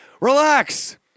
Relax